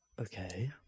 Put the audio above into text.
Okay